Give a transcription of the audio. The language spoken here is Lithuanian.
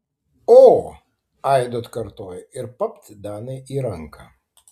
o aidu atkartojo ir papt danai į ranką